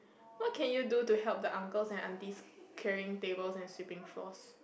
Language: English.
what can you do to help the uncles and aunties clearing tables and sweeping floors